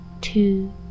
two